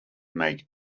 make